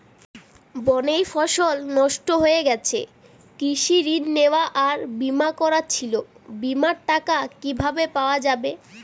বন্যায় ফসল নষ্ট হয়ে গেছে কৃষি ঋণ নেওয়া আর বিমা করা ছিল বিমার টাকা কিভাবে পাওয়া যাবে?